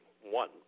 one